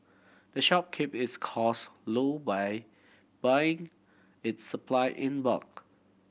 the shop keep its cost low by buying its supply in bulk